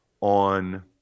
on